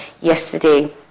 yesterday